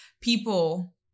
people